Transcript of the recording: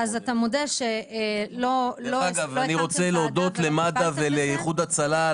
אז אתה מודה שלא הקמת ועדה ולא עסקת בזה.